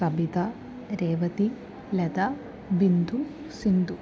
Sabitha Revathi Latha Bindu Sindhu